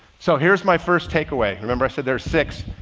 so here's my first takeaway. remember i said there are six,